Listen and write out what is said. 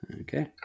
okay